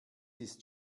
ist